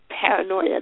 paranoia